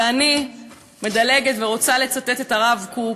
ואני מדלגת ורוצה לצטט את הרב קוק,